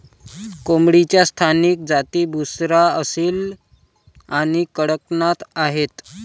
कोंबडीच्या स्थानिक जाती बुसरा, असील आणि कडकनाथ आहेत